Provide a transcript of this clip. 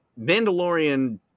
Mandalorian